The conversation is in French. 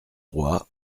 roi